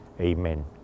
Amen